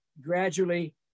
gradually